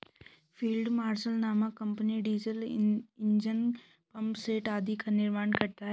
field marshal नामक company diesel engine, pumpset आदि का निर्माण करता है